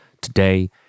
today